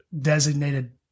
designated